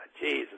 Jesus